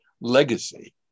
legacy